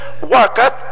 worketh